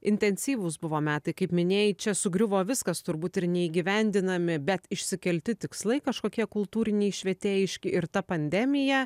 intensyvūs buvo metai kaip minėjai čia sugriuvo viskas turbūt ir neįgyvendinami bet išsikelti tikslai kažkokie kultūriniai švietėjiški ir ta pandemija